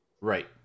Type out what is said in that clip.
Right